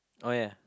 oh ya